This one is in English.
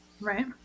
Right